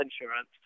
insurance